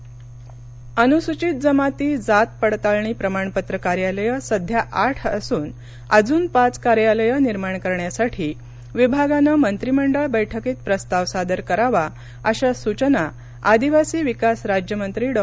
प्रमाणपत्र कार्यालय अनुसूचित जमाती जात पडताळणी प्रमाणपत्र कार्यालयं सध्या आठ असून अजून पाच कार्यालयं निर्माण करण्यासाठी विभागानं मंत्रिमंडळ बैठकीत प्रस्ताव सादर करावा अशा सूचना आदिवासी विकास राज्यमंत्री डॉ